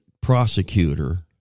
prosecutor